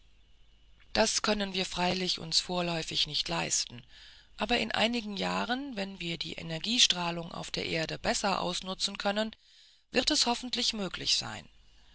das können wir freilich uns vorläufig nicht leisten aber in einigen jahren wenn wir die energiestrahlung auf der erde besser ausnutzen können wird es hoffentlich möglich sein